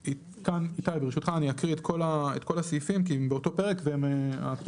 כאן איתי ברשותך אני אקריא את כל הסעיפים כי הם באותו פרק והם משולבים.